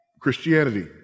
Christianity